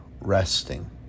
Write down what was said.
resting